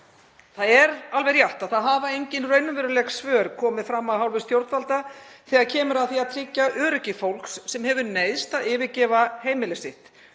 Það er alveg rétt að það hafa engin raunveruleg svör komið fram af hálfu stjórnvalda þegar kemur að því að tryggja öryggi fólks sem hefur neyðst til að yfirgefa heimili sitt,